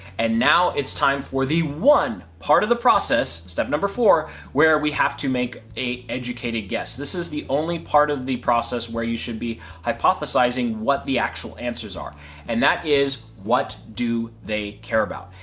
and now it's time for the one part of the process, step no. four where we have to make a educated guess. this is the only part of the process where you should be hypothesizing what the actual answers are and that is, what do they care about.